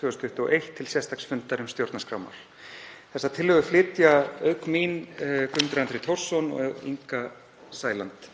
2021 til sérstaks fundar um stjórnarskrármál. Þessa tillögu flytja auk mín hv. þingmenn Guðmundur Andri Thorsson og Inga Sæland.